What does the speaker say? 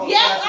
Yes